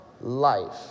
life